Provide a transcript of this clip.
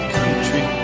country